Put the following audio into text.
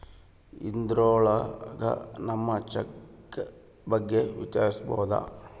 ಇದ್ರೊಳಗ ನಮ್ ಚೆಕ್ ಬಗ್ಗೆ ವಿಚಾರಿಸ್ಬೋದು